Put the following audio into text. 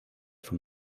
for